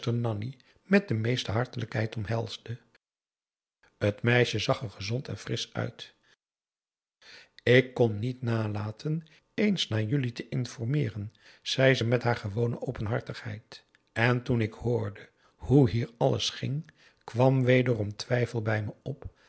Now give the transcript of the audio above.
met de meeste hartelijkheid omhelsde het meisje zag er gezond en frisch uit ik kon niet nalaten eens naar jullie te informeeren zei ze met haar gewone openhartigheid en toen ik hoorde hoe hier alles ging kwam wederom twijfel bij me op